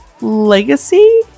Legacy